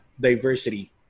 diversity